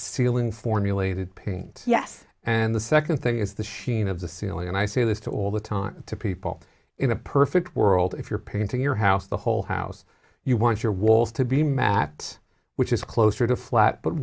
ceiling formulated paint yes and the second thing is the sheen of the ceiling and i say this to all the time to people in a perfect world if you're painting your house the whole house you want your walls to be matte which is closer to flat but